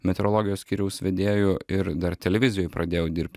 meteorologijos skyriaus vedėju ir dar televizijoj pradėjau dirbt